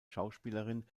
schauspielerin